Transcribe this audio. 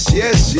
yes